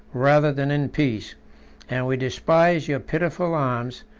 rather than in peace and we despise your pitiful alms,